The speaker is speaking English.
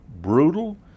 brutal